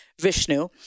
Vishnu